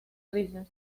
risas